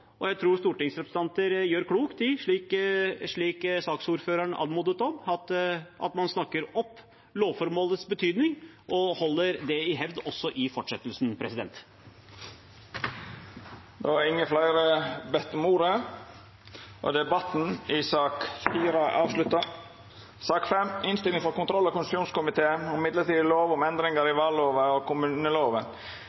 Og jeg tror stortingsrepresentanter gjør klokt i, slik saksordføreren anmodet om, at man snakker opp lovformålets betydning og holder det i hevd også i fortsettelsen. Fleire har ikkje bedt om ordet til sak nr. 4. Etter ynske frå kontroll- og konstitusjonskomiteen vil presidenten ordna debatten slik: 5 minutt til saksordføraren, 3 minutt til kvar av partigruppene og